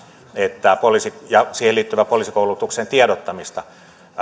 että poliisin ja siihen liittyvän poliisikoulutuksen tiedottamista